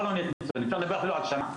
אפשר לדבר על שנה.